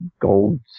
gold